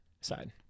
side